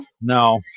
No